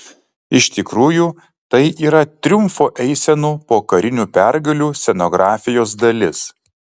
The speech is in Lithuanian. iš tikrųjų tai yra triumfo eisenų po karinių pergalių scenografijos dalis